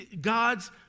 God's